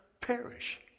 perish